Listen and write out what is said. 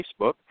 Facebook